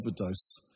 overdose